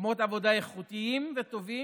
מקומות עבודה איכותיים וטובים,